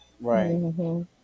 Right